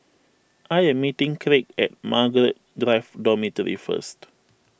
I am meeting Craig at Margaret Drive Dormitory first